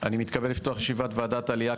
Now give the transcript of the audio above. אני מתכבד לפתוח את ישיבת ועדת העלייה,